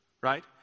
right